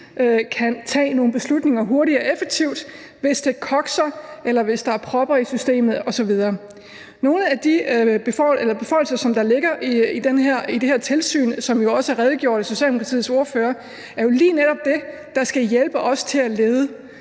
kan tage nogle beslutninger hurtigt og effektivt, hvis det kokser, eller hvis der er propper i systemet osv. Nogle af de beføjelser, der ligger i det her tilsyn, og som der også er blevet redegjort for af Socialdemokratiets ordfører, er jo lige netop det, der skal hjælpe os til at lede.